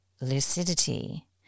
lucidity